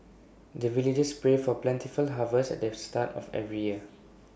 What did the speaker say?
the villagers pray for plentiful harvest at the start of every year